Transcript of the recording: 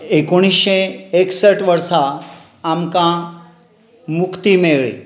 एकोणिशें एकसट वर्सा आमकां मुक्ती मेळ्ळी